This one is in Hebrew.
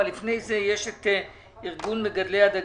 לפני כן יש את ארגון מגדלי הדגים,